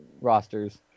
rosters